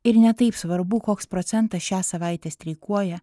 ir ne taip svarbu koks procentas šią savaitę streikuoja